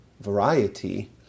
variety